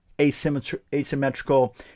asymmetrical